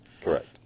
Correct